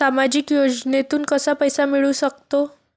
सामाजिक योजनेतून कसा पैसा मिळू सकतो?